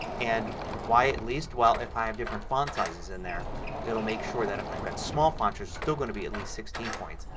and why at least? well, if i have different font sizes in there it'll make sure that if i've got small fonts there is still going to be at least sixteen points.